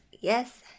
yes